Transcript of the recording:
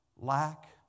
Lack